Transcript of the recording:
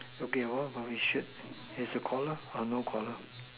okay what about his shirt is it collar or no collar